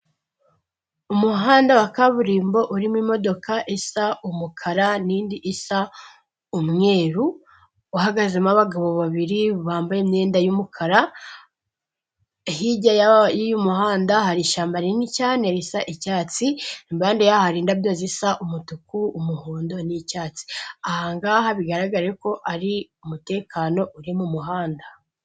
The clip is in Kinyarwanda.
Umuhanda wa kaburimbo urimo imodoka isa umukara n'indi isa umweru uhagazemo abagabo babiri bambaye imyenda y'umukara, hirya y'uyu muhanda hari ishyamba rinini cyane risa icyatsi, impande yaha hari indabyo zisa umutuku, umuhondo ni'cyatsi. aha ngaha bigaragare ko ari umutekano uri mu muhanda.